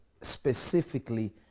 specifically